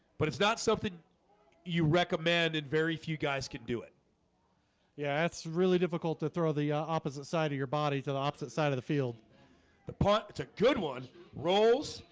but it's not something you recommended very few guys can do it yeah, that's really difficult to throw the opposite side of your body to the opposite side of the field the punt it's a good one rolls.